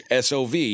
SOV